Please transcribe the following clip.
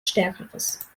stärkeres